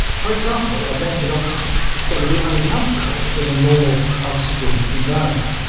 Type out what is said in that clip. for example, i've mentioned oxygen. it's going to be uncomfortable in a normal oxygen environment.